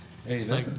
Hey